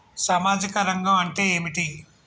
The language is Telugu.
సామాజిక రంగం అంటే ఏమిటి?